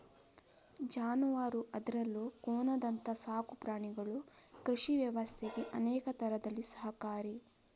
ಜಾನುವಾರು ಅದ್ರಲ್ಲೂ ಕೋಣದಂತ ಸಾಕು ಪ್ರಾಣಿಗಳು ಕೃಷಿ ವ್ಯವಸ್ಥೆಗೆ ಅನೇಕ ತರದಲ್ಲಿ ಸಹಕಾರಿ